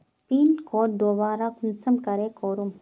Pin code दोबारा कुंसम करे करूम?